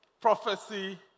prophecy